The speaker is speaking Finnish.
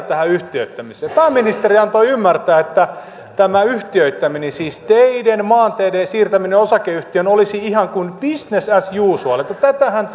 tähän yhtiöittämiseen pääministeri antoi ymmärtää että tämä yhtiöittäminen siis teiden maanteiden siirtäminen osakeyhtiöön olisi ihan kuin business as usual että tätähän